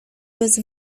bez